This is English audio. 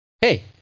Hey